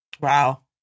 Wow